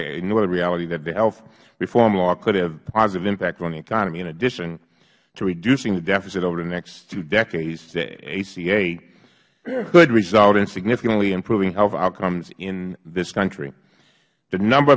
the reality that the health reform law could have positive impacts on the economy in addition to reducing the deficit over the next two decades the aca could result in significantly improving health outcomes in this country the number